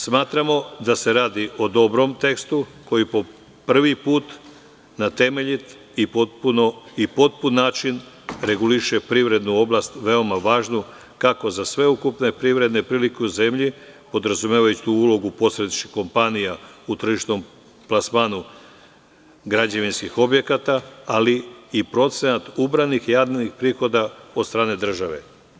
Smatramo da se radi o dobrom tekstu koji po prvi put na temeljit i potpun način reguliše privrednu oblast veoma važnu kako za sve ukupne privredne prilike u zemlji, podrazumevajući tu ulogu posredničkih kompanija u tržišnom plasmanu građevinskih objekata ali i procenta ubranih javnih prihoda od strane države.